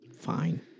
Fine